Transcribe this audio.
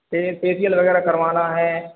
यह फेसियल वगैरह करवाना है